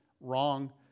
Wrong